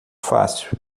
fácil